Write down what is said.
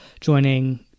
joining